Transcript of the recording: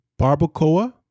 barbacoa